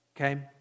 okay